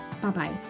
Bye-bye